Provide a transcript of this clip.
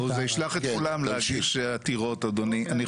זה יישלח את כולם להגיש עתירות, אדוני.